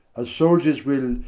as souldiers will,